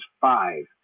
five